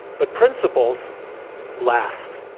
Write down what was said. but principles last.